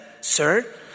Sir